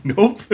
Nope